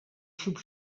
xup